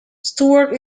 stewart